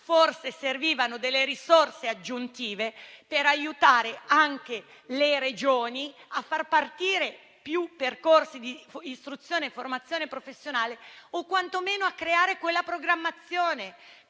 forse servivano risorse aggiuntive, per aiutare anche le Regioni a far partire più percorsi di istruzione e formazione professionale o quantomeno a creare quella programmazione